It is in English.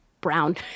brown